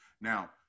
Now